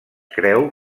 creu